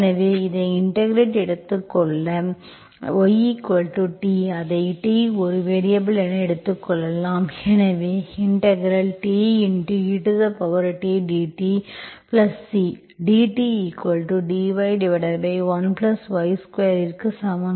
எனவே இதை இன்டெகிரெட் எடுத்துக் கொள்ள y t அதை t ஒரு வேரியபல் என எடுத்துக் கொள்ளலாம் எனவே tet dtCdtdy1y2 ற்கு சமம்